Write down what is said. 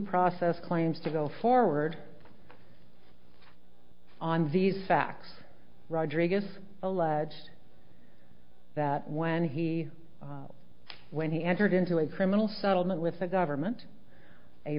process claims to go forward on these facts rodriguez alleged that when he when he entered into a criminal settlement with the government a